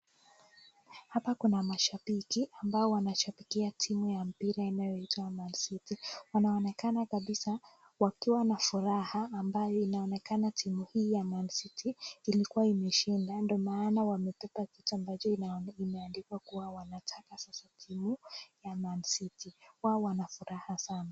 Hapa kuna mashabiki ambao wanashabikia timu ya mpira inayoitwa Man City. Wanaonekana kabisa wakiwa na furaha ambayo inaonekana timu hii ya yaa Man City ilikuwa imeshinda ndio maana wametoka na kitu ambbacho imeandikwa kuwa wanataka sasa timu ya Man City. Wao wanafuraha sana.